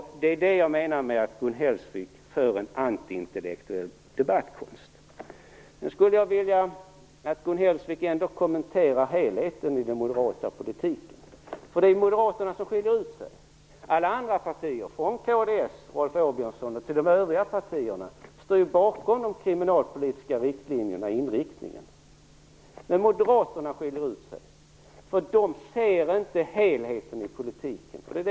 Det är det jag menar med att Nu skulle jag vilja att Gun Hellsvik ändå kommenterar helheten i den moderata politiken. Det är ju Moderaterna som skiljer ut sig. Alla andra partier, från Kristdemokraterna och Rolf Åbjörnsson till de övriga partierna, står ju bakom inriktningen för de kriminalpolitiska riktlinjerna. Men Moderaterna skiljer ut sig, för de ser inte helheten i politiken.